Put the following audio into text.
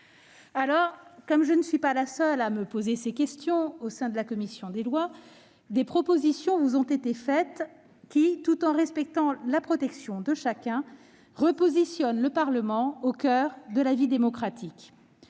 Alors, comme je ne suis pas la seule à me poser ces questions au sein de la commission des lois, des propositions vous ont été faites afin, tout en respectant la protection de chacun, de repositionner le Parlement au coeur de la vie démocratique.